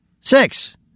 Six